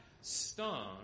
stung